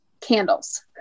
candles